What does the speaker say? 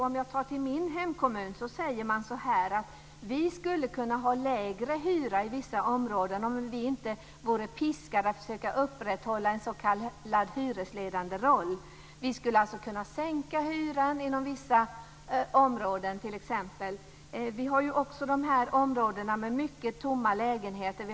Om jag tittar på min kommun säger man: vi skulle kunna ha lägre hyra i vissa områden om vi inte vore piskade att försöka upprätthålla en s.k. hyresledande roll. Vi skulle kunna sänka hyran inom vissa områden. Det finns också områden med många tomma lägenheter.